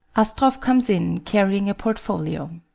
astroff comes in carrying a portfolio.